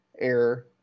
error